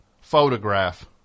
Photograph